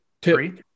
Two